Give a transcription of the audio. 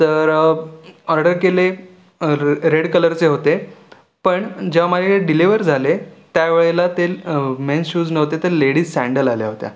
तर ऑर्डर केले र रेड कलरचे होते पण जेव्हा मायाकडे डिलिव्हर झाले त्या वेळेला ते मेन शूज नव्हते तर लेडीज सँडल आल्या होत्या